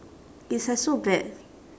it's like so bad